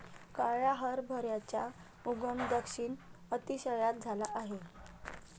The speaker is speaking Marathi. काळ्या हरभऱ्याचा उगम दक्षिण आशियात झाला